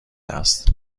است